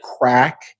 crack